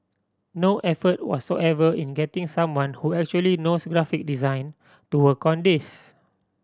no effort whatsoever in getting someone who actually knows graphic design to work on this